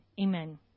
Amen